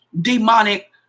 demonic